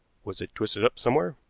was it twisted up somewhere?